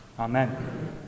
Amen